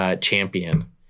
champion